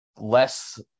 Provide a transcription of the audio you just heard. less